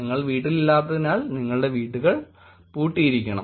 നിങ്ങൾ വീട്ടിലില്ലാത്തതിനാൽ നിങ്ങളുടെ വീടുകൾ പൂട്ടിയിരിക്കണം